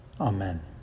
Amen